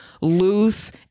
loose